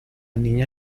niña